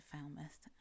Falmouth